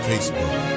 Facebook